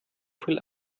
viel